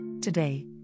Today